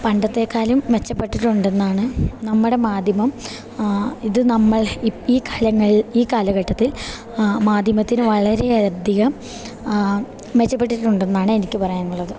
പണ്ടത്തെക്കാളും മെച്ചപ്പെട്ടിട്ടുണ്ടെന്നാണ് നമ്മുടെ മാധ്യമം ഇത് നമ്മൾ ഈ കാലങ്ങൾ ഈ കാലഘട്ടത്തിൽ മാധ്യമത്തിന് വളരെയധികം മെച്ചപ്പെട്ടിട്ടുണ്ടെന്നാണ് എനിക്ക് പറയാനുള്ളത്